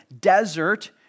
desert